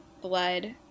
blood